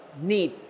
need